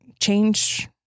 change